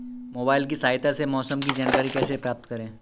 Mobile की सहायता से मौसम की जानकारी कैसे प्राप्त करें?